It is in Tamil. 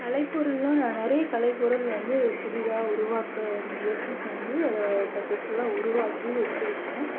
கலை பொருளெலாம் நான் நிறைய கலை பொருள் வந்து புதிதாக உருவாக்க முயற்சி செஞ்சு அதை சக்ஸஸ் ஃபுல்லாக உருவாக்கி வச்சுருக்கேன்